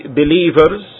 believers